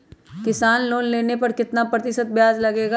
किसान लोन लेने पर कितना प्रतिशत ब्याज लगेगा?